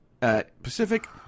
Pacific